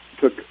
took